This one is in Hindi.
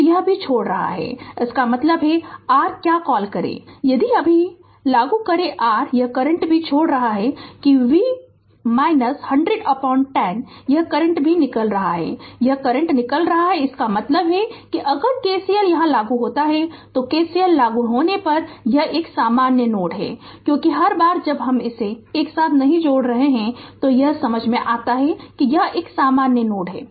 तो यह भी छोड़ रहा है इसका मतलब है r क्या कॉल करें यदि अभी लागू करें r यह करंट भी छोड़ रहा है कि V 100 10 यह करंट भी निकल रहा है यह करंट भी निकल रहा है इसका मतलब है अगर KCL यहां लागू होता है तो KCL लागू होने पर यह एक सामान्य नोड है क्योंकि हर बार जब हम इसे एक साथ नहीं जोड़ रहे है तो यह समझ में आता है कि यह एक सामान्य नोड है